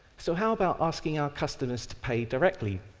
so, how about asking our customers to pay direct like